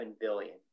billion